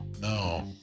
No